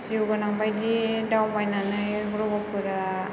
जिउ गोनां बायदि दावबायनानै ग्रहफोरा